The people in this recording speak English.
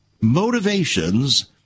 motivations